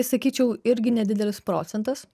sakyčiau irgi nedidelis procentas